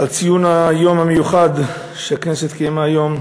על ציון היום המיוחד שהכנסת קיימה היום